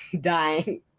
dying